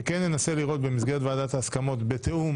שכן ננסה לראות במסגרת ועדת ההסכמות בתיאום